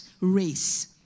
race